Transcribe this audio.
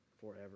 forever